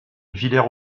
villers